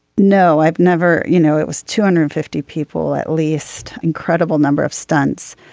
no i've never. you know it was two hundred and fifty people at least incredible number of stunts.